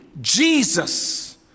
Jesus